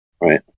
Right